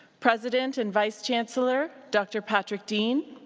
president and vice-chancellor dr. patrick deane.